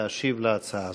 להשיב על הצעה זו.